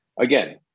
Again